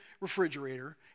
refrigerator